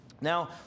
Now